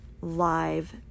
live